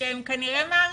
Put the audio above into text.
שהם ככל הנראה מאריכים.